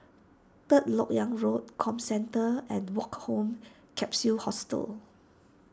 Third Lok Yang Road Comcentre and Woke Home Capsule Hostel